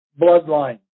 bloodline